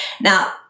now